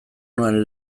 nuen